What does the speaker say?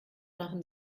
machen